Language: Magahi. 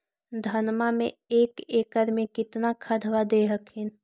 धनमा मे एक एकड़ मे कितना खदबा दे हखिन?